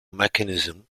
mechanism